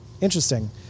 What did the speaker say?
Interesting